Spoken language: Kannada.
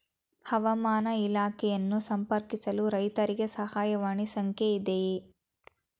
ಹವಾಮಾನ ಇಲಾಖೆಯನ್ನು ಸಂಪರ್ಕಿಸಲು ರೈತರಿಗೆ ಸಹಾಯವಾಣಿ ಸಂಖ್ಯೆ ಇದೆಯೇ?